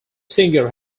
singer